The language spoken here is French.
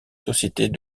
sociétés